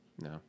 No